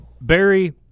Barry